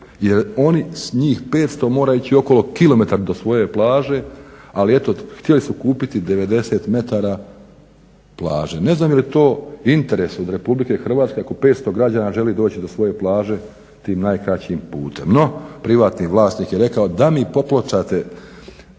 jer oni, njih 500 mora ići okolo kilometar do svoje plaže ali eto htjeli su kupiti 90 metara plaže. Ne znam je li to interes od Republike Hrvatske ako 500 građana želi doći do svoje plaže tim najkraćim putem. No, privatni vlasnik je rekao da mi popločite